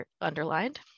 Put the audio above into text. underlined